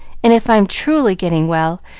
and if i'm truly getting well,